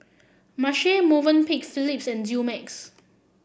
Marche Movenpick Phillips and Dumex